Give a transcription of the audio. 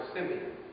Simeon